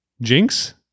Jinx